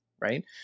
right